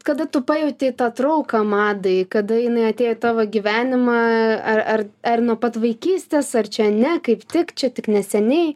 kada tu pajauti tą trauką madai kada jinai atėjo į tavo gyvenimą ar ar ar nuo pat vaikystės ar čia ne kaip tik čia tik neseniai